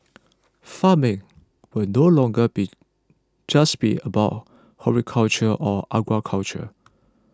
farming will no longer be just be about horticulture or aquaculture